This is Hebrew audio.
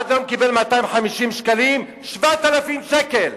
עד היום הוא קיבל 250 שקלים, 7,000 שקל.